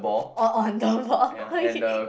oh oh no ball okay